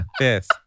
Yes